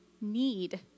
need